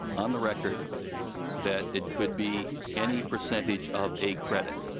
on the record that it could be any percentage of a credit.